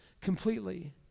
completely